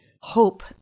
hope